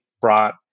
brought